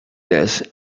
this